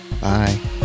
Bye